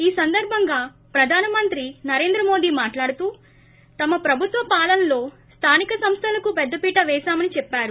ఈ సందర్భంగా ప్రధాన మంత్రి నరేంద్ర మోది మాట్లాడుతూ తమ ప్రభుత్వ పాలనలో స్తానిక సంస్దలకు పెద్ద పీట పేశామని చెప్పారు